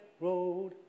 road